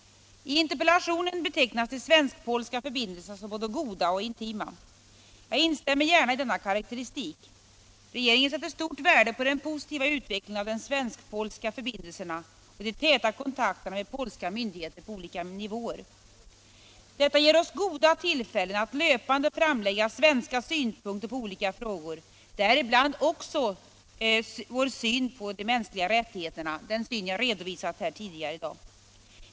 I interpellationen betecknas de svensk-polska förbindelserna som både goda och intima. Jag instämmer gärna i denna karakteristik. Regeringen sätter stort värde på den positiva utvecklingen av de svensk-polska förbindelserna och de täta kontakterna med polska myndigheter på olika nivåer. Detta ger oss goda tillfällen att löpande framlägga svenska synpunkter på olika frågor, däribland också den syn på de mänskliga rättigheterna som jag här tidigare i dag har redovisat.